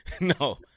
no